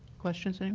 questions i mean